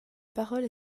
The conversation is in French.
parole